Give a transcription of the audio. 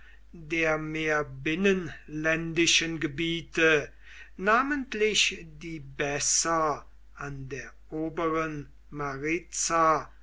der mehr binnenländischen gebiete namentlich die besser an der oberen